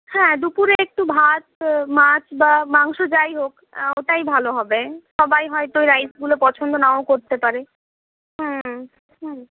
হ্যাঁ দুপুরে একটু ভাত মাছ বা মাংস যাইহোক ওটাই ভালো হবে সবাই হয়তো ওই রাইসগুলো পছন্দ নাও করতে পারে